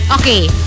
Okay